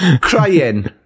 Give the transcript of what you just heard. crying